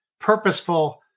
purposeful